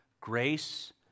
grace